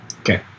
Okay